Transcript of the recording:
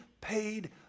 paid